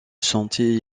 sentier